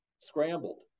scrambled